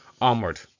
onward